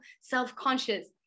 self-conscious